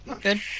Good